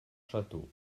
château